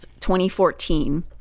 2014